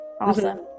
awesome